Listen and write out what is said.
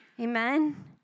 Amen